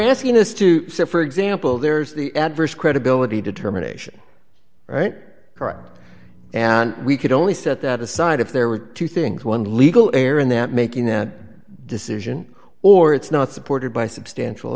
asking us to say for example there's the adverse credibility determination right correct and we could only set that aside if there were two things one legal error in that making that decision or it's not supported by substantial